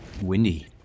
Windy